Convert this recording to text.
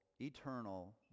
eternal